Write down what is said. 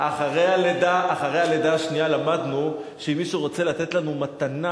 אחרי הלידה השנייה למדנו שאם מישהו רוצה לתת לנו מתנה,